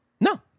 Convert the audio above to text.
No